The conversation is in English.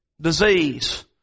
disease